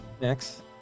Next